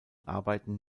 arbeiten